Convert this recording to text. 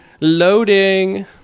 Loading